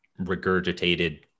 regurgitated